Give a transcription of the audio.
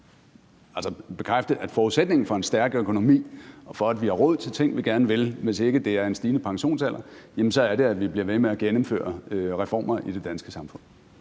så bekræfte, at forudsætningen for en stærk økonomi og for, at vi har råd til ting, vi gerne vil, hvis ikke det er en stigende pensionsalder, så er, at vi bliver ved med at gennemføre reformer i det danske samfund?